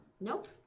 nope